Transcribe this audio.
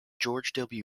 george